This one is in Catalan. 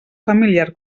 familiar